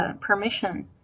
permission